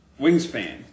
Wingspan